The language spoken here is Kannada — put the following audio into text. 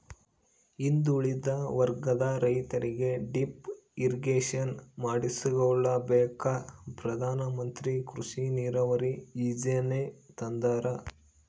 ಹಿಂದುಳಿದ ವರ್ಗದ ರೈತರಿಗೆ ಡಿಪ್ ಇರಿಗೇಷನ್ ಮಾಡಿಸ್ಕೆಂಬಕ ಪ್ರಧಾನಮಂತ್ರಿ ಕೃಷಿ ನೀರಾವರಿ ಯೀಜನೆ ತಂದಾರ